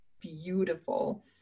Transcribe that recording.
beautiful